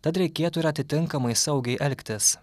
tad reikėtų ir atitinkamai saugiai elgtis